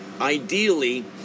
ideally